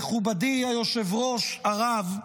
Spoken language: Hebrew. מכובדי היושב-ראש, הרב,